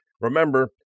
Remember